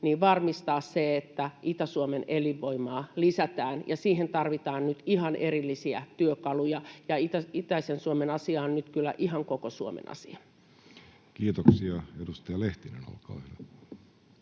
varmistaa se, että Itä-Suomen elinvoimaa lisätään. Siihen tarvitaan nyt ihan erillisiä työkaluja, ja itäisen Suomen asia on nyt kyllä ihan koko Suomen asia. [Speech 292] Speaker: